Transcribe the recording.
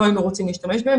לא היינו רוצים להשתמש בהן,